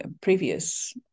previous